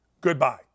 goodbye